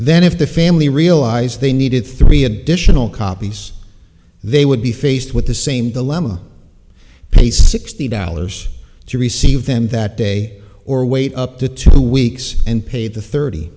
then if the family realized they needed three additional copies they would be faced with the same dilemma pay sixty dollars to receive them that day or wait up to two weeks and pay the thirty